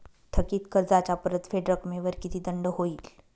थकीत कर्जाच्या परतफेड रकमेवर किती दंड होईल?